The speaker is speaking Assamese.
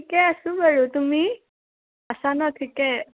ঠিকে আছোঁ বাৰু তুমি আছা ন ঠিকে